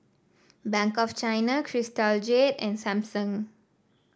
Bank of China Crystal Jade and Samsung